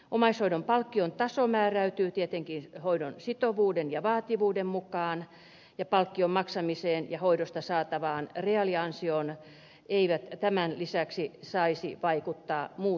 omaishoidon palkkion taso määräytyy tietenkin hoidon sitovuuden ja vaativuuden mukaan ja palkkion maksamiseen ja hoidosta saatavaan reaaliansioon eivät tämän lisäksi saisi vaikuttaa muut tekijät